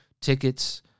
tickets